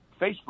Facebook